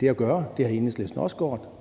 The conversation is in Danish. det at gøre. Det har Enhedslisten også gjort,